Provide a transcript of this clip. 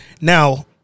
Now